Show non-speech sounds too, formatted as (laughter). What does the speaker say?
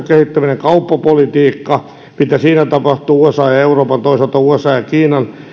(unintelligible) kehittäminen kauppapolitiikka se mitä siinä tapahtuu usan ja euroopan toisaalta usan ja kiinan